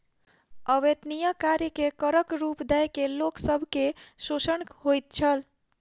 अवेत्निया कार्य के करक रूप दय के लोक सब के शोषण होइत छल